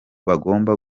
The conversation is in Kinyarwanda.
bagomba